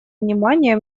внимание